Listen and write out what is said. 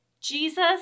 Jesus